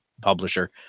publisher